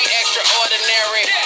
extraordinary